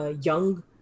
young